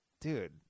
dude